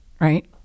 right